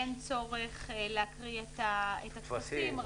אין צורך להקריא את הטפסים.